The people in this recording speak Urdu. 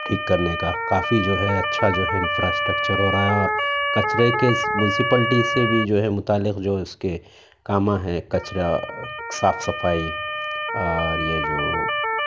ٹھیک کرنے کا کافی جو اچھا جو ہے انفرا سٹکچر ہو رہا ہے اور کچرے کے اُس منسیپلٹی سے بھی جو ہے متعلق جو اِس کے کاماں ہیں کچرا صاف صفائی اور یہ جو